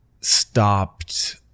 stopped